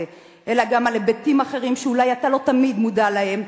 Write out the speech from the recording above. אלא גם על היבטים אחרים שאולי אתה לא תמיד מודע להם,